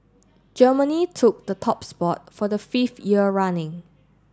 Germany took the top spot for the fifth year running